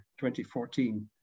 2014